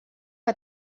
que